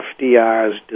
FDR's